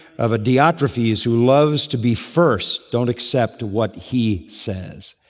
of a diotrephes who loves to be first. don't accept what he says.